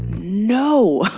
no,